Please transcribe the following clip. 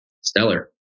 stellar